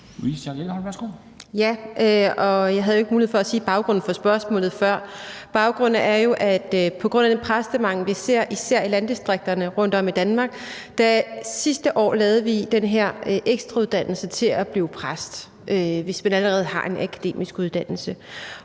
(V): Jeg havde jo ikke mulighed for før at sige, hvad baggrunden for spørgsmålet er. Baggrunden er, at på grund af den præstemangel, vi ser især i landdistrikterne rundtom i Danmark, lavede vi sidste år den her ekstrauddannelse til at blive præst for dem, der allerede har en akademisk uddannelse.